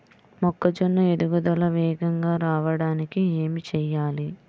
మొక్కజోన్న ఎదుగుదల వేగంగా రావడానికి ఏమి చెయ్యాలి?